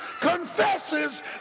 confesses